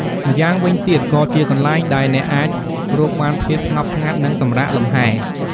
ម្យ៉ាងវិញទៀតក៏ ជាកន្លែងដែលអ្នកអាចរកបានភាពស្ងប់ស្ងាត់ និងសម្រាកលំហែ។